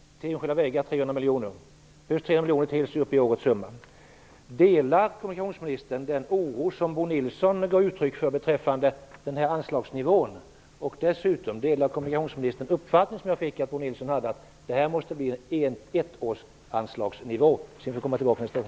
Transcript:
Till nybyggen anslås 7 miljoner till. Delar kommunikationsministern den oro som Bo Nilsson gav uttryck för beträffande anslagsnivån? Delar kommunikationsministern Bo Nilssons uppfattning att det här måste vara ettårsanslag? Sedan får vi komma tillbaka nästa år.